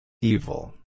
Evil